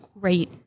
great